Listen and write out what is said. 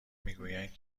میگویند